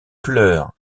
pleure